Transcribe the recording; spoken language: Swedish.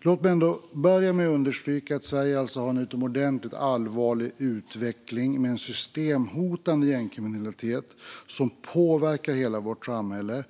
Låt mig börja med att understryka att Sverige har en utomordentligt allvarlig utveckling med en systemhotande gängkriminalitet som påverkar hela vårt samhälle.